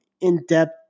in-depth